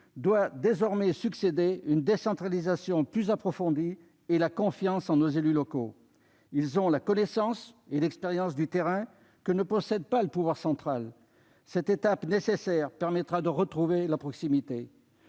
doivent désormais succéder une décentralisation plus approfondie et la confiance en nos élus locaux : ces derniers ont la connaissance et l'expérience du terrain que ne possède pas le pouvoir central. Cette étape nécessaire permettra de retrouver la proximité.